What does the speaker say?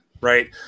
right